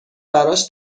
براش